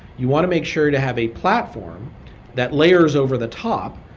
you want to make sure to have a platform that layers over the top,